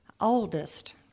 oldest